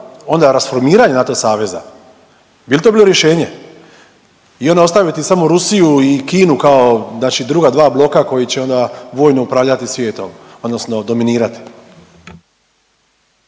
onda rasformiranje NATO saveza? Bi li to bilo rješenje? I onda ostaviti samo Rusiju i Kinu kao znači druga dva bloka koji će onda vojno upravljati svijetom odnosno dominirati?